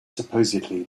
supposedly